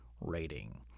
rating